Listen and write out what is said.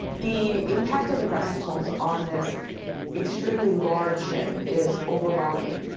the impact of the wrestles on this extremely large ship is overwhelming